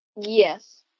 Yes